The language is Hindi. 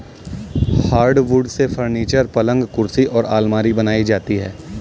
हार्डवुड से फर्नीचर, पलंग कुर्सी और आलमारी बनाई जाती है